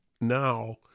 now